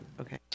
Okay